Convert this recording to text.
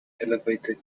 elevator